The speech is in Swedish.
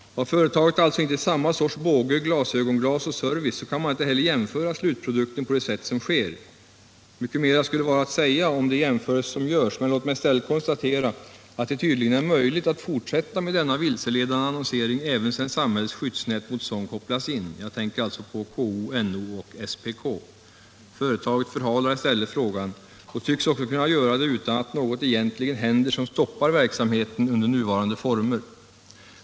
Har företaget alltså inte samma sorts båge, glasögonglas och service, så kan man inte heller jämföra slutprodukten på det sätt som sker. Mycket mera skulle vara att säga om de jämförelser som görs, men låt mig i stället konstatera att det tydligen är möjligt att fortsätta med denna vilseledande annonsering även sedan samhällets skyddsnät mot sådan kopplats in. Jag tänker därvid på KO, NO och SPK. Företaget förhalar frågan och tycks också kunna göra det utan att något egentligen händer som stoppar verksamheten i dess nuvarande former.